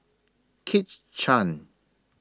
Kit Chan